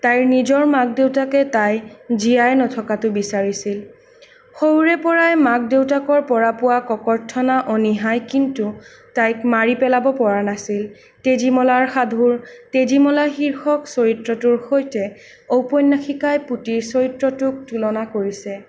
তাইৰ নিজৰ মাক দেউতাকে তাই জীয়াই নথকাটো বিচাৰিছিল সৰুৰে পৰাই মাক দেউতাকৰ পৰা পোৱা ককৰ্থনা অনীহাই কিন্তু তাইক মাৰি পেলাব পৰা নাছিল তেজীমলাৰ সাধুৰ তেজীমলাৰ শীৰ্ষক চৰিত্ৰটোৰ সৈতে ঔপন্যাসিকাই পুতিৰ চৰিত্ৰটোক তুলনা কৰিছে